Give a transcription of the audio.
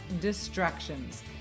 distractions